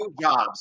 jobs